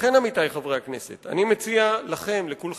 לכן, עמיתי חברי הכנסת, אני מציע לכולכם